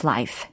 Life